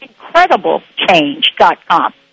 IncredibleChange.com